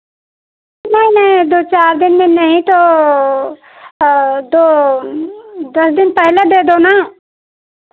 नहीं नहीं दो चार दिन में नहीं तो दो दस दिन पहले दे दो ना